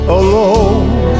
alone